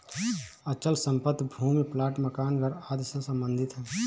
अचल संपत्ति भूमि प्लाट मकान घर आदि से सम्बंधित है